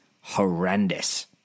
horrendous